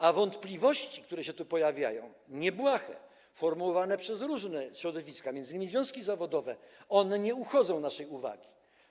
A wątpliwości, które się tu pojawiają, niebłahe, formułowane przez różne środowiska, m.in. związki zawodowe, one nie uchodzą naszej uwadze.